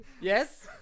Yes